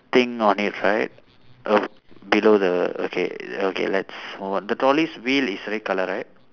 thing on it right err below the okay okay let's move on the trolley's wheel is red colour right